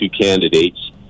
candidates